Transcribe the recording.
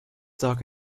dark